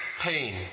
pain